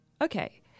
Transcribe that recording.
Okay